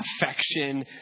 affection